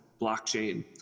blockchain